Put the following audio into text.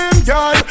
girl